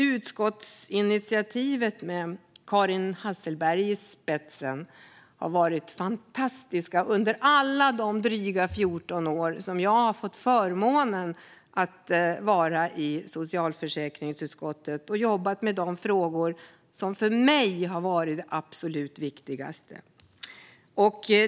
Utskottskansliet med Kari Hasselberg i spetsen har varit fantastiskt under de drygt 14 år jag har haft förmånen att sitta i socialförsäkringsutskottet och jobba med de frågor som för mig varit de absolut viktigaste.